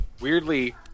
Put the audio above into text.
weirdly